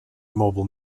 mobile